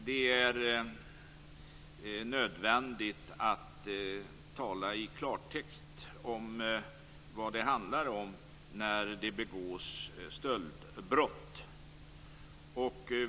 Det är nödvändigt att tala i klartext om vad det handlar om när det begås stöldbrott.